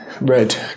Red